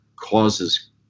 causes